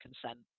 consent